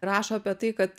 rašo apie tai kad